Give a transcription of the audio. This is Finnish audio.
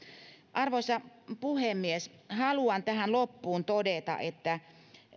arvoisa puhemies haluan tähän loppuun todeta että